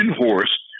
horse